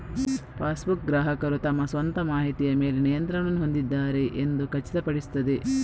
passbook, ಗ್ರಾಹಕರು ತಮ್ಮ ಸ್ವಂತ ಮಾಹಿತಿಯ ಮೇಲೆ ನಿಯಂತ್ರಣವನ್ನು ಹೊಂದಿದ್ದಾರೆ ಎಂದು ಖಚಿತಪಡಿಸುತ್ತದೆ